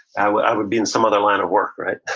i would i would be in some other line of work, right,